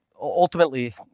ultimately